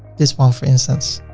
this one for instance,